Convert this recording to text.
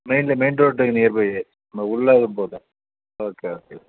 மெயின்லே main ரோட்டுக்கு near பையி நம்ம உள்ள எதுவும் போ தே ஓகே ஓகே